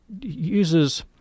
uses